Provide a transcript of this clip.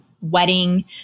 wedding